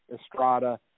Estrada